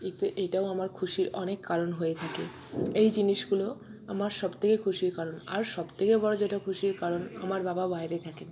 এতে এটাও আমার খুশির অনেক কারণ হয়ে থাকে এই জিনিসগুলো আমার সবথেকে খুশির কারণ আর সবথেকে বড়ো যেটা খুশির কারণ আমার বাবা বাইরে থাকেন